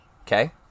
Okay